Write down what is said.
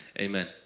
Amen